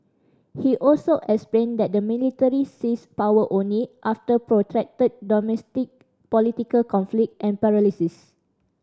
he also explained that the military seized power only after protracted domestic political conflict and paralysis